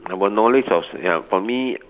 our knowledge of ya for me